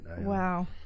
Wow